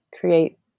create